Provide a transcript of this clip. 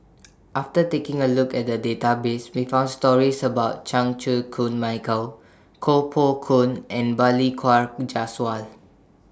after taking A Look At The Database We found stories about Chan Chew Koon Michael Koh Poh Koon and Balli Kaur Jaswal